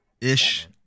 ish